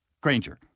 Granger